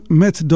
met